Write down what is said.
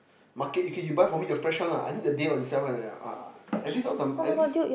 market okay you buy for me the fresh one lah I need the day on itself one eh at least all the at least